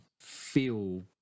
feel